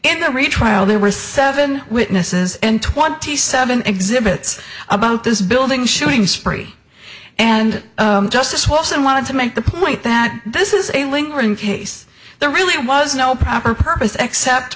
in the retrial there were seven witnesses and twenty seven exhibits about this building shooting spree and justice watson wanted to make the point that this is a lingering case there really was no proper purpose except